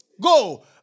Go